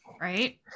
right